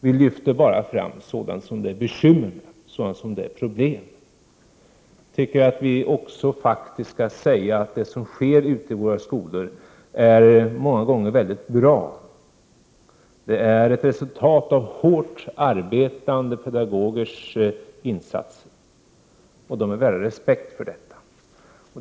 Vi lyfter bara fram sådant som det är bekymmer och problem med. Jag tycker att vi också skall säga att det som sker ute i våra skolor många gånger är mycket bra. Det är ett resultat av hårt arbetande pedagogers insatser, och de är värda respekt för detta.